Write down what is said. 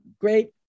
great